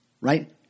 Right